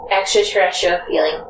extraterrestrial-feeling